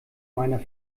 meiner